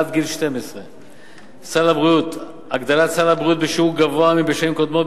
עד גיל 12. סל הבריאות: הגדלת סל הבריאות בשיעור גבוה מבשנים קודמות,